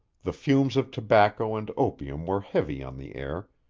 the fumes of tobacco and opium were heavy on the air,